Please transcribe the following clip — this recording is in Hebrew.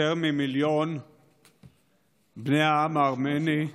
יותר ממיליון בני העם הארמני, נשים,